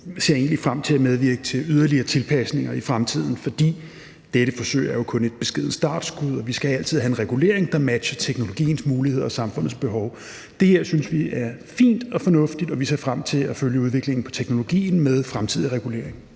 ser egentlig frem til at medvirke til yderligere tilpasninger i fremtiden, fordi dette forsøg jo kun er et beskedent startskud, og vi skal altid have en regulering, der matcher teknologiens muligheder og samfundets behov. Det her synes vi er fint og fornuftigt, og vi ser frem til at følge udviklingen inden for teknologien med fremtidig regulering.